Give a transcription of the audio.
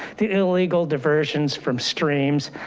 the illegal diversions from streams.